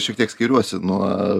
šiek tiek skiriuosi nuo